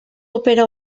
opera